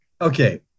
okay